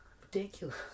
Ridiculous